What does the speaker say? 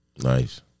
Nice